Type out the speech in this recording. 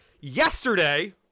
yesterday